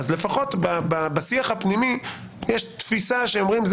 לפחות בשיח הפנימי יש תפיסה שאומרים שזה